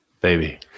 Baby